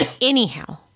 Anyhow